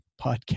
podcast